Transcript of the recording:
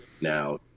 now